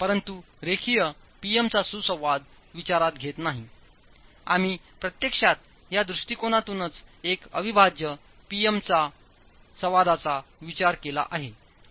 परंतु रेखीय P M चा सुसंवाद विचारात घेत नाहीआम्ही प्रत्यक्षात या दृष्टिकोनातूनच एक अविभाज्य P M संवादाचा विचार केला आहे